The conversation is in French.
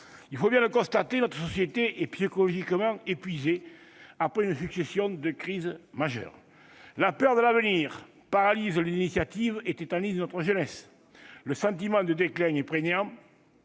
Il faut bien le constater : notre société est psychologiquement épuisée après une succession de crises majeures. La peur de l'avenir paralyse les initiatives et tétanise notre jeunesse. Le sentiment de déclin est prégnant.